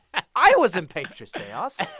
i was in patriots day also?